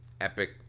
epic